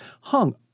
hung